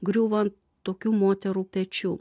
griuvo an tokių moterų pečių